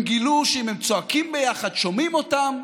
הם גילו שאם הם צועקים ביחד שומעים אותם,